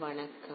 வணக்கம்